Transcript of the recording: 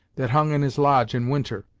that hung in his lodge in winter.